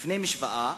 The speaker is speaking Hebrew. בפני משוואה: